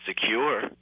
secure